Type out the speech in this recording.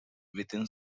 within